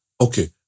okay